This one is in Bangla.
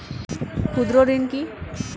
ক্ষুদ্র ঋণ কি?